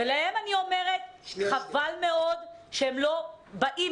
ולהם אני אומרת, חבל מאוד שהם לא באים